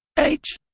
h